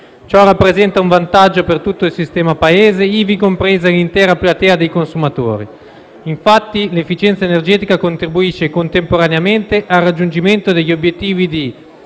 Ciò rappresenta un vantaggio per tutto il sistema Paese, ivi compresa l'intera platea dei consumatori. Infatti l'efficienza energetica contribuisce contemporaneamente al raggiungimento degli obiettivi di: